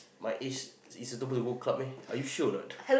my age is suitable to go club meh are you sure or not